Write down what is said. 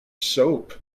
soap